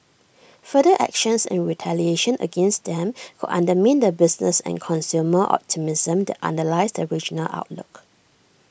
further actions and retaliation against them could undermine the business and consumer optimism that underlies the regional outlook